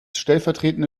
stellvertretende